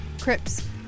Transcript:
Crips